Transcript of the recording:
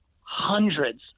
hundreds